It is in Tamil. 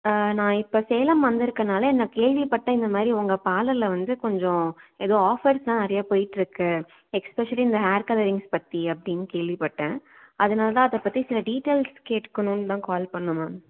நான் இப்போ சேலம் வந்திருக்கனால நான் கேள்விப்பட்டேன் இந்த மாதிரி உங்கள் பார்லரில் வந்து கொஞ்சம் ஏதோ ஆஃபர்ஸெலாம் நிறைய போயிகிட்ருக்கு எக்ஸ்பெஷலி இந்த ஹேர் கலரிங்ஸ் பற்றி அப்படின்னு கேள்விப்பட்டேன் அதனால் தான் அதைப்பத்தி சில டீட்டெய்ல்ஸ் கேட்டுக்கணும்னு தான் கால் பண்ணிணோம் மேம்